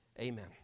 Amen